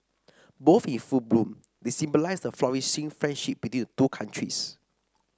both in full bloom they symbolise the flourishing friendship between the two countries